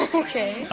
okay